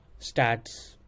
stats